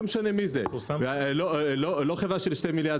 לא משנה מי זה לא חברה של 2 מיליארד